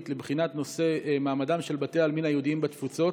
לבחינת נושא מעמדם של בתי העלמין היהודיים בתפוצות.